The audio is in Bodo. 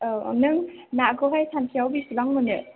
औ नों नाखौ हाय सानसेआव बेसेबां मोनो